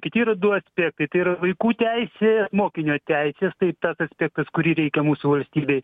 kiti yra du aspektai tai yra vaikų teisė mokinio teisės tai tas aspektas kurį reikia mūsų valstybei